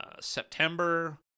September